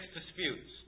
disputes